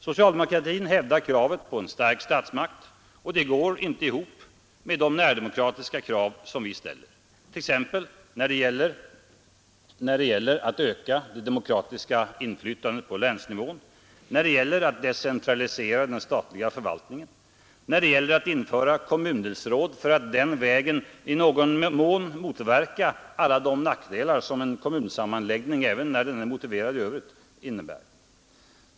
Socialdemokratin hävdar kravet på en stark statsmakt, och det går inte ihop med de närdemokratiska krav folkpartiet ställer, t.ex. när det gäller att öka det demokratiska inflytandet på länsnivån, när det gäller att decentralisera den statliga förvaltningen, när det gäller att införa kommundelsråd för att den vägen i någon mån motverka alla de nackdelar som en kommunsammanläggning, även när den är motiverad i övrigt, innebär.